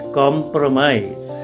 compromise